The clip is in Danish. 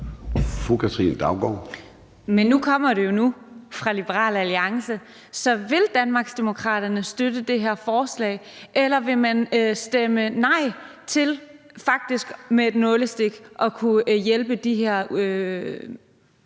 Katrine Daugaard (LA): Men det kommer jo nu fra Liberal Alliance, så vil Danmarksdemokraterne støtte det her forslag, eller vil man stemme nej til faktisk med et nålestik at kunne hjælpe de her